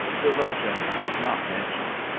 the legend does not mention.